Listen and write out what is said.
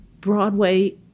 Broadway